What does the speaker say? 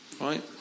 Right